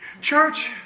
Church